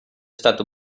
stato